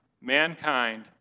mankind